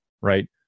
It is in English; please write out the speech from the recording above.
Right